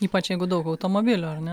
ypač jeigu daug automobilių ar ne